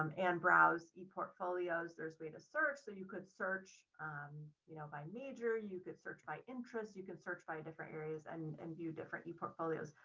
um and browse e portfolios, there's way to search. so you could search you know by major, you could search by interest, you can search by different areas and and view different portfolios,